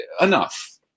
enough